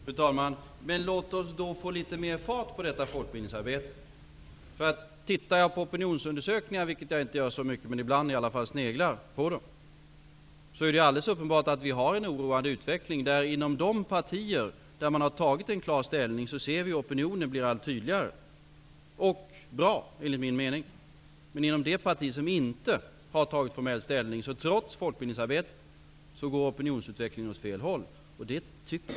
Fru talman! Låt oss då få litet mer fart på detta folkbildningsarbete! De gånger jag har tittat på opinionsundersökningar -- jag gör det inte så ofta, men ibland sneglar jag i alla fall på dem -- har jag fått klart för mig att vi har en oroande utveckling. Inom de partier som klart har tagit ställning i frågan kan vi se att opinionen blir allt tydligare, och det är en opinion som enligt min mening är bra. Men inom de partier som inte formellt har tagit ställning går opinionsutvecklingen åt fel håll, trots folkbildningsarbetet.